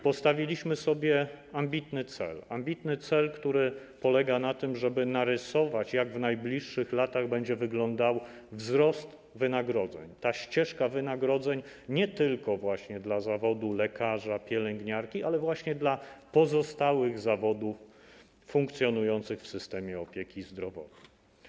Postawiliśmy sobie ambitny cel, który polega na tym, żeby narysować, jak w najbliższych latach będzie wyglądał wzrost wynagrodzeń, ścieżka wynagrodzeń nie tylko dla zawodów lekarza, pielęgniarki, ale właśnie dla pozostałych zawodów funkcjonujących w systemie opieki zdrowotnej.